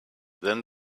then